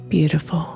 Beautiful